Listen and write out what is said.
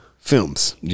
films